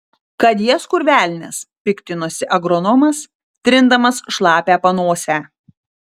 kad jas kur velnias piktinosi agronomas trindamas šlapią panosę